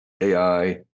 AI